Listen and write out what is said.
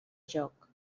jóc